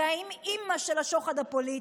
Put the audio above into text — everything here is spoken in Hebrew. זה האימ-אימא של השוחד הפוליטי,